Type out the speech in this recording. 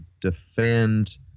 defend